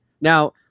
Now